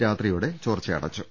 രാത്രി യോടെ ചോർച്ച അടച്ചു